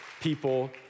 people